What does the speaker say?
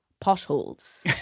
potholes